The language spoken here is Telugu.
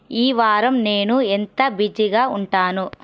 ఈ వారం నేను ఎంత బిజీగా ఉంటాను